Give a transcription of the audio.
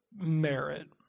merit